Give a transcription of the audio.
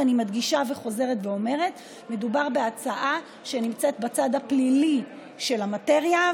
ואני מדגישה וחוזרת ואומרת: מדובר בהצעה שנמצאת בצד הפלילי של המטריה,